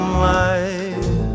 light